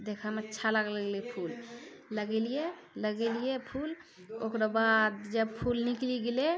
देखयमे अच्छा लागय लगलै फूल लगेलियै लगेलियै फूल ओकरो बाद जब फूल निकलि गेलै